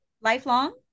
Lifelong